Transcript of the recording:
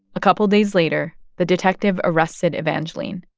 a couple days later, the detective arrested evangeline.